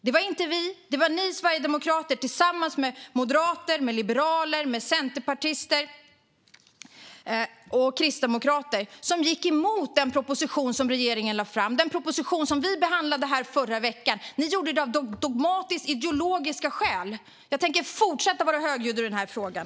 Det var inte vi, utan det var ni sverigedemokrater tillsammans med moderater, liberaler, centerpartister och kristdemokrater som gick emot den proposition regeringen lade fram - den proposition vi behandlade här i förra veckan. Ni gjorde det av dogmatiskt ideologiska skäl! Jag tänker fortsätta att vara högljudd i den här frågan.